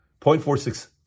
0.46%